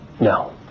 no